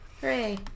Hooray